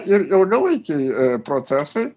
ir ilgalaikiai procesai